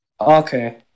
Okay